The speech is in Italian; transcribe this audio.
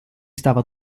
stava